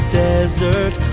desert